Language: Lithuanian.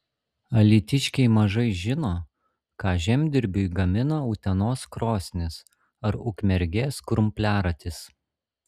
alytiškiai mažai žino ką žemdirbiui gamina utenos krosnys ar ukmergės krumpliaratis